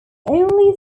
only